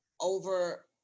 over